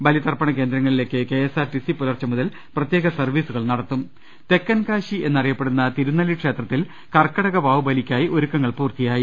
ബലിതർപ്പണ കേന്ദ്ര ങ്ങളിലേക്ക് കെഎസ്ആർടിസി പുലർച്ചെ ്മുതൽ പ്രത്യേക സർവ്വീ സുകൾ നടത്തും തെക്കൻ കാശി എന്നറിയപ്പെടുന്നു തിരുനെല്ലി ക്ഷേത്രത്തിൽ കർക്കിടക വാവു ബലിക്കായി ഒരുക്കങ്ങൾ പൂർത്തിയായി